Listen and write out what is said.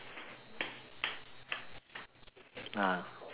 ah